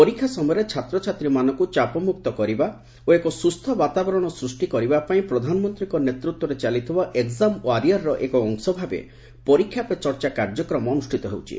ପରୀକ୍ଷା ସମୟରେ ଛାତ୍ରଛାତ୍ରୀମାନଙ୍କୁ ଚାପମୁକ୍ତ କରିବା ଓ ଏକ ସୁସ୍ଥ ବାତାବରଣ ସୃଷ୍ଟି କରିବା ପାଇଁ ପ୍ରଧାନମନ୍ତ୍ରୀଙ୍କ ନେତୃତ୍ୱରେ ଚାଲିଥିବା ଏକ୍ସକ୍ରାମ୍ ୱାରିୟରର ଏକ ଅଂଶଭାବେ 'ପରୀକ୍ଷା ପେ ଚର୍ଚ୍ଚା' କାର୍ଯ୍ୟକ୍ରମ ଅନୁଷ୍ଠିତ ହେଉଛି